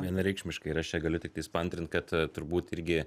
vienareikšmiškai ir aš čia galiu tiktais paantrint kad turbūt irgi